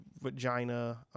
vagina